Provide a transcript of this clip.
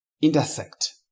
intersect